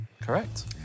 Correct